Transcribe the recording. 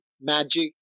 magic